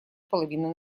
половина